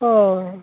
অঁ